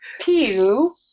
Pew